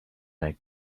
that